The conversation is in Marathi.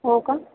हो का